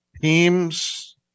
Teams